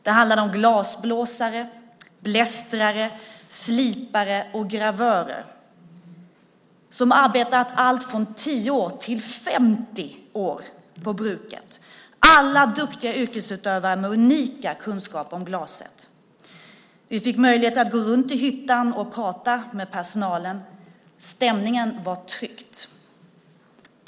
Det handlade om glasblåsare, blästrare, slipare och gravörer som arbetat allt från 10 till 50 år på bruket, alla duktiga yrkesutövare med unika kunskaper om glaset. Vi fick möjlighet att gå runt i hyttan och prata med personalen. Stämningen var tryckt.